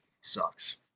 sucks